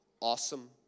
Awesome